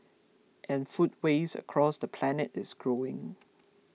and food waste across the planet is growing